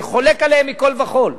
אני חולק עליהם מכול וכול,